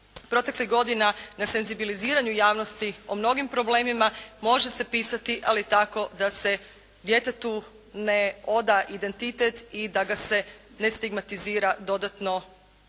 proteklih godina na senzibiliziranju javnosti. O mnogim problemima može se pisati, ali tako da se djetetu ne oda identitet i da ga se ne stigmatizira dodatno